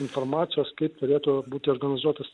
informacijos kaip turėtų būti organizuotas